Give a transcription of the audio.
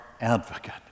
advocate